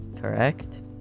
Correct